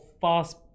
fast